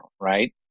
right